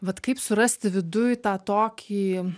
vat kaip surasti viduj tą tokį